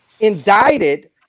indicted